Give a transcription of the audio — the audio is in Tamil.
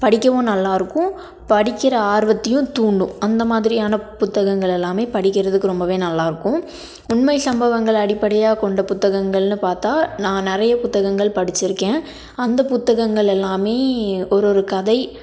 படிக்கவும் நல்லாயிருக்கும் படிக்கிற ஆர்வத்தையும் தூண்டும் அந்த மாதிரியான புத்தகங்கள் எல்லாமே படிக்கிறதுக்கு ரொம்பவே நல்லாயிருக்கும் உண்மை சம்பவங்கள் அடிப்படையாக கொண்ட புத்தகங்கள்னு பார்த்தா நான் நிறைய புத்தகங்கள் படிச்சுருக்கேன் அந்த புத்தகங்கள் எல்லாமே ஒரு ஒரு கதை